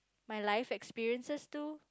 my life experiences too